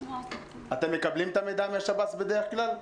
אתם מקבלים את המידע מהשב"ס בדרך כלל?